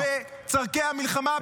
בצורכי המלחמה,